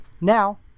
Now